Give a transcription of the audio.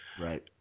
Right